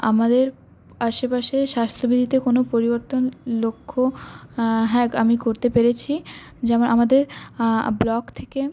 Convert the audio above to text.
আমাদের আশেপাশে স্বাস্থ্যবিধিতে কোন পরিবর্তন লক্ষ্য হ্যাঁ আমি করতে পেরেছি যেমন আমাদের ব্লক থেকে